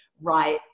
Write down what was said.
right